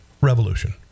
revolution